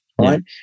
right